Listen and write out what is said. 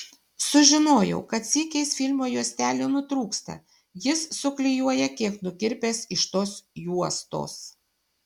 sužinojau kad sykiais filmo juostelė nutrūksta jis suklijuoja kiek nukirpęs iš tos juostos